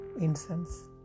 incense